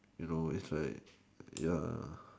you know it's like ya